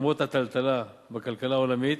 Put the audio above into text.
למרות הטלטלה בכלכלה העולמית,